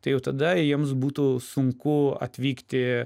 tai jau tada jiems būtų sunku atvykti